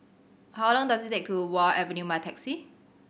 how long does it take to Wharf Avenue by taxi